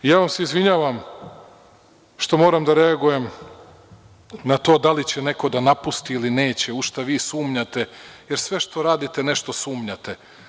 Ja vam se izvinjavam, što moram da reagujem na to da li će neko da napusti ili neće u šta vi sumnjate, jer sve što radite nešto sumnjate.